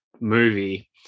movie